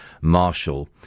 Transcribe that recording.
Marshall